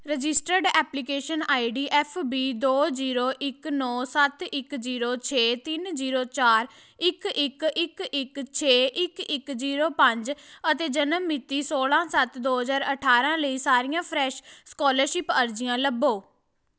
registered application I D F B ਦੋ zero ਇੱਕ ਨੌ ਸੱਤ ਇੱਕ ਜ਼ੀਰੋ ਛੇ ਤਿੰਨ ਜ਼ੀਰੋ ਚਾਰ ਇੱਕ ਇੱਕ ਇੱਕ ਇੱਕ ਛੇ ਇੱਕ ਇੱਕ ਜ਼ੀਰੋ ਪੰਜ ਅਤੇ ਜਨਮ ਮਿਤੀ ਸੋਲ੍ਹਾਂ ਸੱਤ ਦੋ ਹਜ਼ਾਰ ਅਠਾਰਾਂ ਲਈ ਸਾਰੀਆਂ ਫਰੈਸ਼ ਸਕਾਲਰਸ਼ਿਪ ਅਰਜ਼ੀਆਂ ਲੱਭੋ